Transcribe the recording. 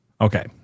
okay